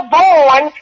born